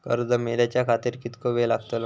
कर्ज मेलाच्या खातिर कीतको वेळ लागतलो?